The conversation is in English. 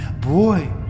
Boy